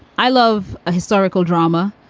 i love a historical drama,